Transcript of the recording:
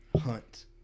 hunt